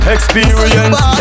Experience